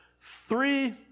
three